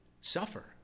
suffer